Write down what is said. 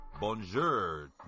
Bonjour